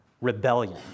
rebellion